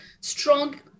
strong